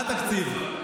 מה התקציב?